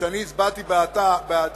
שאני הצבעתי בעדה,